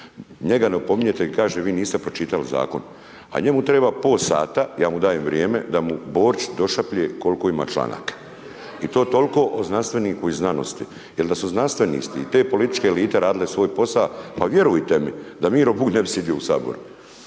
Njega ne opominjete i kaže vi niste pročitali zakon. A njemu treba pol sata, ja mu dajem vrijeme da mu Borić došapne koliko ima članaka. I to toliko o znanstveniku i znanosti. Jer da su znanstveni te političke elite radile svoj posao, pa vjerujete mi da Miro Bulj ne bi sjedio u Saboru.